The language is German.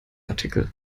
artikel